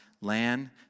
land